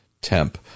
temp